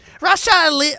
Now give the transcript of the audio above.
Russia